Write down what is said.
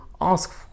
ask